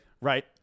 right